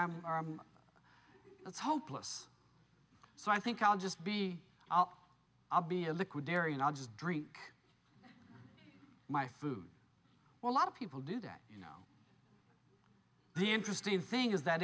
it's hopeless so i think i'll just be i'll be a liquid dairy and i'll just drink my food a lot of people do that you know the interesting thing is that